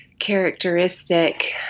characteristic